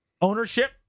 Ownership